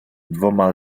dwoma